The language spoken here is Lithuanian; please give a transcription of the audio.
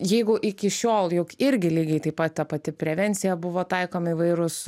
jeigu iki šiol juk irgi lygiai taip pat ta pati prevencija buvo taikomi įvairūs